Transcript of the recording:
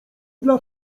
dla